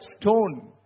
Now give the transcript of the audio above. stone